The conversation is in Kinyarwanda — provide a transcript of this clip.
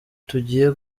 tugiye